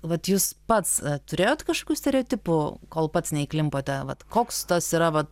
vat jūs pats turėjot kažkokių stereotipų kol pats neįklimpote vat koks tas yra vat